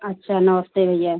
अच्छा नमस्ते भैया